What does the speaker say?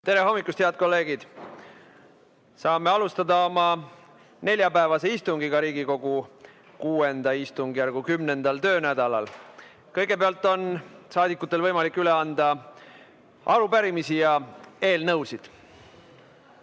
Tere hommikust, head kolleegid! Saame alustada oma neljapäevast istungit Riigikogu VI istungjärgu 10. töönädalal. Kõigepealt on saadikutel võimalik üle anda arupärimisi ja eelnõusid.